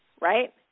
right